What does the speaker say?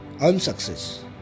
Unsuccess